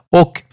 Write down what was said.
och